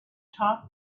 top